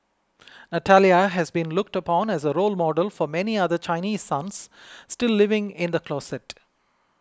Natalia has been looked upon as a role model for many other Chinese sons still living in the closet